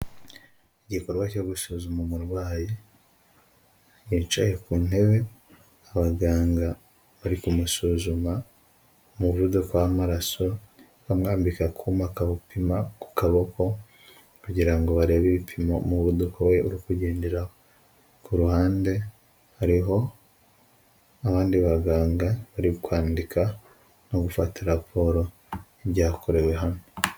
Igikorwa cyo gusuzuma umurwayi wicaye ku ntebe, abaganga bari kumusuzuma umuvuduko w'amaraso bamwambika akuma kawupima ku kaboko kugira ngo barebe ibipimo umuvuduko we uri kugenderaho. Ku ruhande hariho abandi baganga bari kwandika no gufata raporo y'ibyakorewe hano.